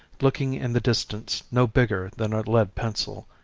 looking in the distance no bigger than a lead pencil,